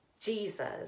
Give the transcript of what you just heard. Jesus